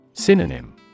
Synonym